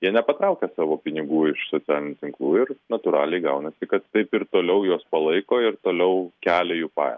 jie nepatraukia savo pinigų iš socialinių tinklų ir natūraliai gaunasi kad taip ir toliau juos palaiko ir toliau kelia jų pajam